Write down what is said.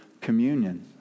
communion